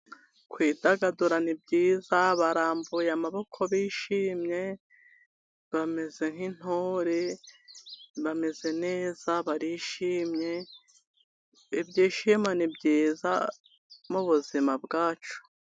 Kwidagadura ni byiza, barambuye amaboko bishimye, bameze nk'intore bameze neza barishimye, ibyishimo ni byiza mu buzima bwacu.